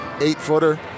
eight-footer